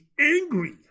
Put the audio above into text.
angry